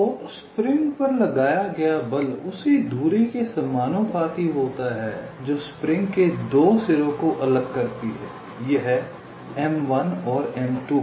तो स्प्रिंग पर लगाया गया बल उस दूरी के समानुपाती होता है जो स्प्रिंग के दो सिरों को अलग करती है यह m1 और m2